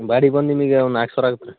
ಬಾಡಿಗೆ ಬಂದು ನಿಮಗೆ ಒಂದು ನಾಲ್ಕು ಸಾವಿರ ಆಗತ್ತೆ ರೀ